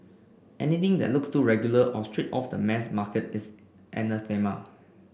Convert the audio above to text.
anything that looks too regular or straight off the mass market is anathema